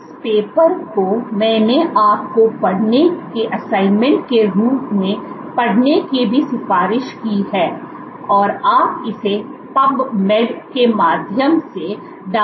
इस पेपर को मैंने आपको पढ़ने के असाइनमेंट के रूप में पढ़ने की भी सिफारिश की है और आप इसे PubMed के माध्यम से डाउनलोड कर सकते हैं